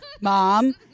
mom